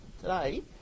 today